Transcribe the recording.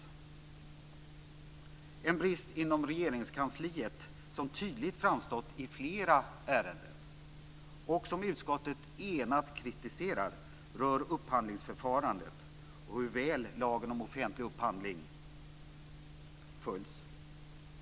Den brist inom Regeringskansliet som tydligt framstått i flera ärenden och som utskottet enat kritiserar rör upphandlingsförfarandet och hur väl lagen om offentlig upphandling följts.